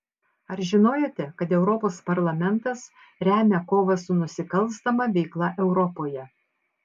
ar žinojote kad europos parlamentas remia kovą su nusikalstama veikla europoje